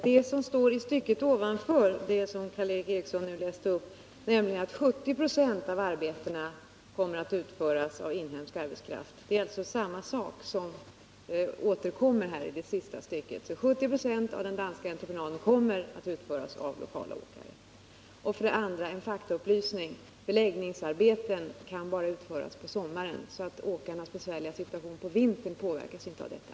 Herr talman! I stycket före det som Karl Erik Eriksson läste upp står det att 70 96 av arbetena kommer att utföras av inhemsk arbetskraft, och det är samma sak som återkommer i det sista stycket. 70 96 av den danska entreprenaden kommer alltså att utföras av lokala åkare. Sedan vill jag lämna en faktaupplysning. Beläggningsarbeten kan utföras bara under sommaren, så åkarnas besvärliga situation på vintern påverkas inte av detta.